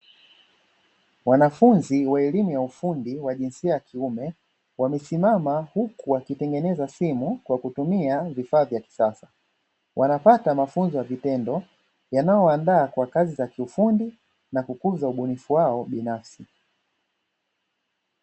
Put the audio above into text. Wanafunzi wa elimu ya ufundi wa jinsia ya kiume wamesimama huku wakitengeneza simu kwa kutumia vifaa vya kisasa, wanapata mafunzo ya vitendo yanayowaandaa kwa kazi za kiufundi na kukuza ubunifu wao binafsi.